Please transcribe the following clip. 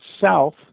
south